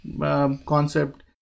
concept